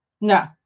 No